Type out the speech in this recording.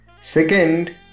Second